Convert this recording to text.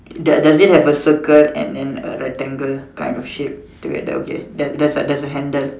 do~ does it have a circle and and a rectangle kind of shape to it okay that's a that's a handle